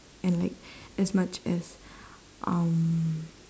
and like as much as um